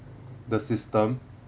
the system